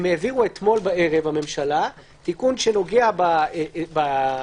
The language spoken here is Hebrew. הממשלה העבירה אתמול בערב תיקון שנוגע ב-20-30,